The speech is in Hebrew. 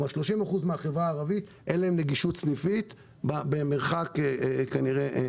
כלומר ל-30% מן החברה הערבית אין נגישות סניפית במרחק קרוב.